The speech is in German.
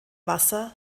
wasser